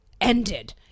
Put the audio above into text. ended